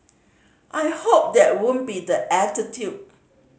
I hope that won't be the attitude